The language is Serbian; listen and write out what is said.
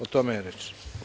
O tome je reč.